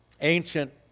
ancient